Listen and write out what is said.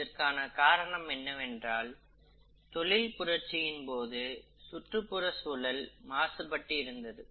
இதற்கான காரணம் என்னவென்றால் தொழில் புரட்சியின் போது சுற்றுச்சூழல் மாசுபட்டு இருந்தது